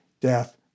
death